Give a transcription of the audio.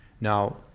Now